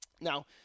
Now